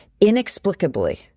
inexplicably